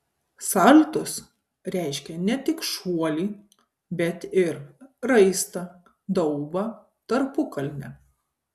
saltus reiškia ne tik šuolį bet ir raistą daubą tarpukalnę